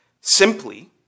Simply